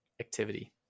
activity